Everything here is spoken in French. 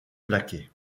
plaquer